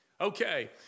Okay